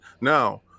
Now